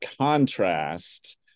contrast